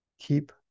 keep